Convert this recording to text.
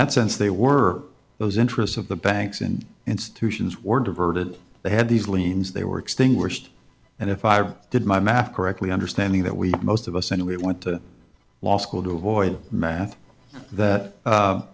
that sense they were those interests of the banks and institutions were diverted they had these liens they were extinguished and if i did my math correctly understanding that we most of us anyway went to law school to avoid math that